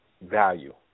value